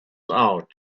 out